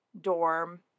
dorm